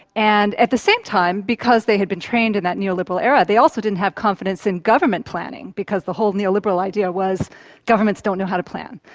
and at the same time, because they had been trained in that neoliberal era they also didn't have confidence in government planning because the whole neoliberal idea was governments don't know how to plan.